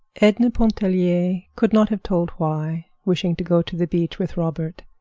edna pontellier could not have told why, wishing to go to the beach with robert,